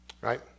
right